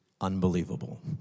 unbelievable